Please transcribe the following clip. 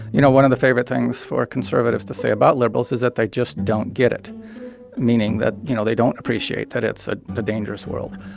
you know, one of the favorite things for conservatives to say about liberals is that they just don't get it meaning that, you know, they don't appreciate that it's ah a dangerous world.